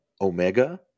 Omega